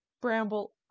Bramble